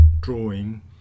drawing